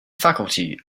faculty